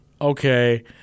okay